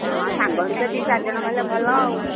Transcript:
ହଁ ସାଙ୍ଗ ହୋଇକି ତ ଦୁଇ ଚାରି ଜଣ ଗଲେ ଭଲ ଆଉ